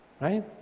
right